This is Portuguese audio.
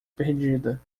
perdida